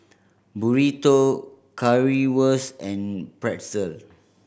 Burrito Currywurst and Pretzel